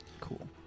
Cool